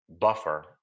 buffer